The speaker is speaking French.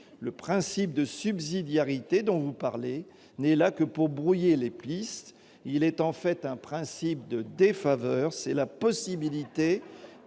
Le principe de « subsidiarité » dont vous parlez n'est là que pour brouiller les pistes. Il est en fait un principe de défaveur : c'est la possibilité